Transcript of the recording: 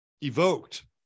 evoked